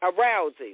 arousing